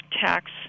tax